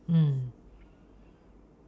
mm